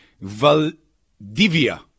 Valdivia